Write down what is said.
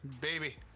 Baby